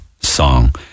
song